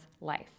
LIFE